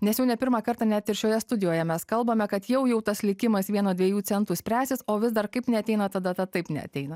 nes jau ne pirmą kartą net ir šioje studijoje mes kalbame kad jau jau tas likimas vieno dviejų centų spręsis o vis dar kaip neateina ta data taip neateina